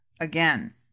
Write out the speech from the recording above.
Again